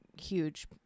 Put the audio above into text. huge